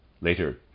Later